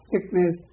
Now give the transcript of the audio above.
sickness